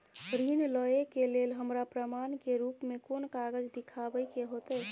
ऋण लय के लेल हमरा प्रमाण के रूप में कोन कागज़ दिखाबै के होतय?